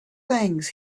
things